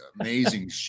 amazing